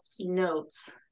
notes